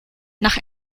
nach